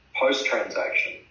post-transaction